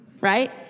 right